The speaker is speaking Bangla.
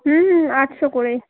হুম হুম আটশো করে